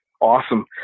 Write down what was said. Awesome